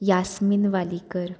Yasmeen Walikar